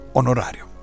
onorario